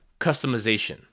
customization